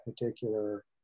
particular